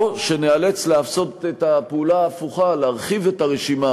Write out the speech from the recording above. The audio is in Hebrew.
או שניאלץ לעשות את הפעולה ההפוכה: להרחיב את הרשימה